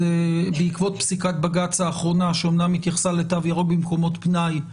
בעקבות פסיקת בג"ץ האחרונה שאמנם התייחסה לתו ירוק במקומות פנאי,